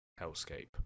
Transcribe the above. hellscape